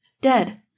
dead